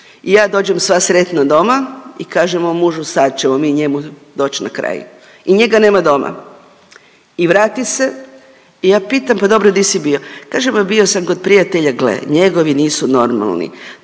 I ja dođem sva sretna doma i kažem mom mužu, sad ćemo mi njemu doć na kraj i njega nema doma i vrati se i ja pitam pa dobro di si bio, kaže pa bio sam kod prijatelja, gle njegovi nisu normalni,